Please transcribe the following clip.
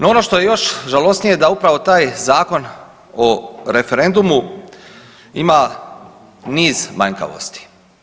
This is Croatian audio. No ono što je još žalosnije da upravo taj Zakon o referendumu ima niz manjkavosti.